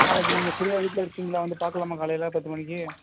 நாளைக்கு நீங்கள் ஃப்ரீயாக வீட்டில் இருப்பிங்களா வந்து பார்க்கலாமா காலையில் பத்து மணிக்கு